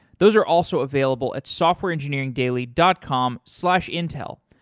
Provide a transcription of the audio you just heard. those are also available at softwareengineeringdaily dot com slash intel.